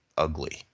Ugly